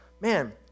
Man